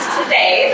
today